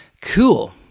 Cool